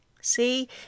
See